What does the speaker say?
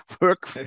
work